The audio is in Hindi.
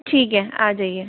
ठीक है आ जाइये